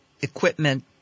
equipment